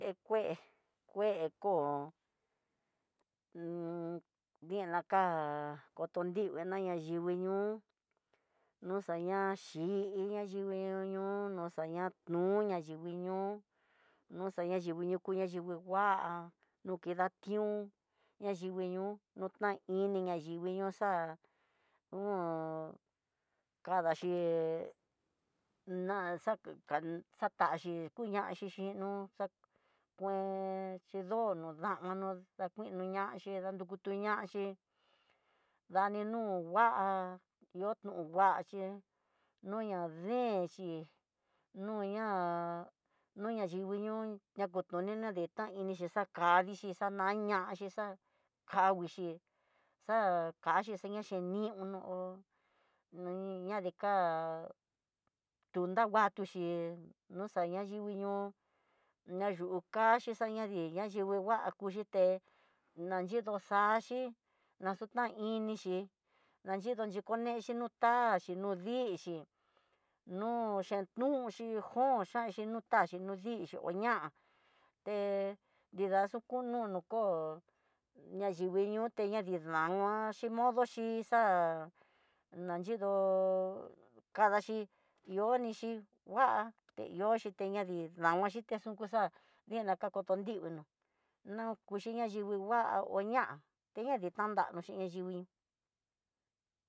Te kue kon dina ká kotodinguana na yivii ñoo noxaña xhi ayivii ñoo no xaña no nayivii nó noxaña nayivi yuñuku nayivii ngua no kida tión, ñayivii ñoo no tan ini nayivii ñoo xa'a hu kadaxhí, naxakan ta xakachí ti kuña xhixhinó xa kuen xhi dono dama no dakuinoñaxhi nanduku ñaxhi dani no ngua, ihó tu ngua xhí ña denxhi no ña no ya yivii ñoo ña kotoni naditá inixhi xa kadixhi ta nañaxhi xa'a, kakuixhi xa kaxhi seña xhi nió uno hó ñi ñadii ká tunan nguatuxhi xañanrivii ñoo ña yu kaxi xaña dii ña yivi nguaku xhité nanyido xaxhí na xutan inixhi nanyido ni konexhi ta no dixhi nu chen duxhi jonxhanxi no ta xhi no dixhi doña té nrida xukununu kó ñayiguiñoté ña nida nguan ña xhi modoxi xa nanyidó kadaxhi ihó ni xhí ngua teñoxhiti na hí damaxhi e xunkuxa dina katontinó na kuchi nayivii ngua oña ta ni tanraroxi ayivii.